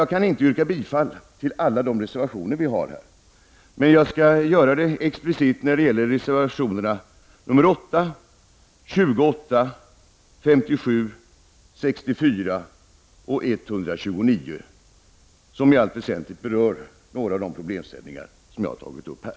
Jag kan inte yrka bifall till alla våra reservationer. Men jag gör det explicit när det gäller reservationerna 8, 28, 57, 64 och 129. Dessa reservationer berör i allt väsentligt de problemställningar som jag har tagit upp här.